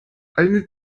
eine